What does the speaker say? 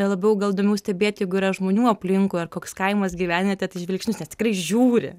labiau gal įdomiau stebėti jeigu yra žmonių aplinkui ar koks kaimas gyvenvietė tad žvilgsnius nes tikrai žiūri